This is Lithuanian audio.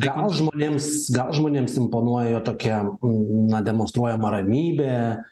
gal žmonėms gal žmonėms imponuoja tokia na demonstruojama ramybė